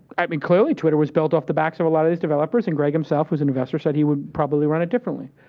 i mean, clearly, twitter was built on the backs of a lot of these developers and greg, himself was an investor, said he would probably run it differently.